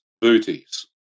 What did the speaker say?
booties